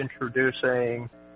introducing